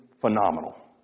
phenomenal